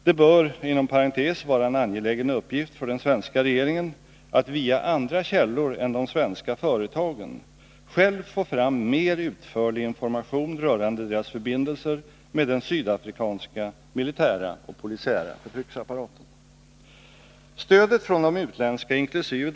Det bör inom parentes sagt vara en angelägen uppgift för den svenska regeringen att via andra källor än de svenska företagen själv få fram mer utförlig information rörande deras förbindelser med den sydafrikanska militära och polisiära förtryckarapparaten. Stödet från de utländska inkl.